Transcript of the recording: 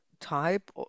type